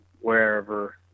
wherever